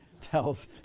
tells